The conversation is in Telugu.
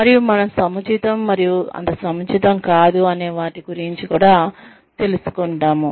మరియు మనం సముచితం మరియు అంత సముచితం కాదు అనే వాటి గురుంచి భావించి తెలుసుకుంటాము